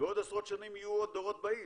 ועוד עשרות שנים יהיו עוד דורות באים.